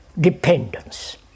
dependence